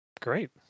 Great